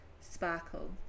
sparkle